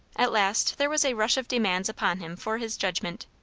at last there was a rush of demands upon him for his judgment.